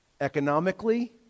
economically